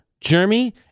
Jeremy